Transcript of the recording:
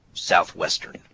Southwestern